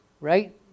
right